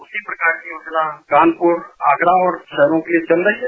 उसी प्रकार की योजन कानपुर आगरा और शहरों के लिए चल रही है